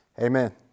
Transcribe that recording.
Amen